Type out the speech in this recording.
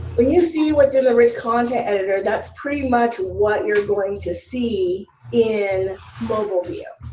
when you see what's in the rich content editor, that's pretty much what you're going to see in global view.